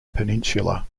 peninsula